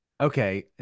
Okay